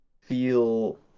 feel